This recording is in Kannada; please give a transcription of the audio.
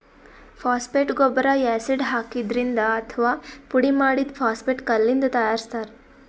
ಫಾಸ್ಫೇಟ್ ಗೊಬ್ಬರ್ ಯಾಸಿಡ್ ಹಾಕಿದ್ರಿಂದ್ ಅಥವಾ ಪುಡಿಮಾಡಿದ್ದ್ ಫಾಸ್ಫೇಟ್ ಕಲ್ಲಿಂದ್ ತಯಾರಿಸ್ತಾರ್